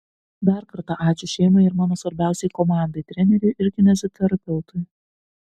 dar kartą ačiū šeimai ir mano svarbiausiai komandai treneriui ir kineziterapeutui